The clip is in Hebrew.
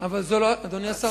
אדוני השר,